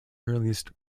earliest